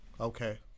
Okay